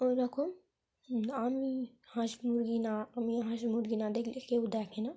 ওইরকম আমি হাঁস মুরগি না আমি হাঁস মুরগি না দেখলে কেউ দেখে না